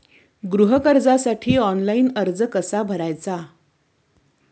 गृह कर्जासाठी ऑनलाइन अर्ज कसा भरायचा?